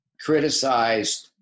criticized